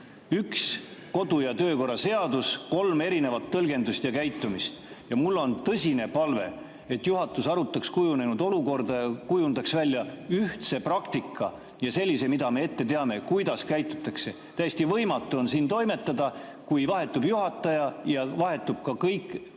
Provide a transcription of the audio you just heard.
Üks kodu- ja töökorra seadus, kolm erinevat tõlgendust ja käitumist. Ja mul on tõsine palve, et juhatus arutaks kujunenud olukorda, kujundaks välja ühtse praktika ja sellise, mida me ette teame, kuidas käitutakse. Täiesti võimatu on siin toimetada [olukorras, et] kui vahetub juhataja, siis vahetub ka kogu kodu‑